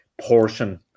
portion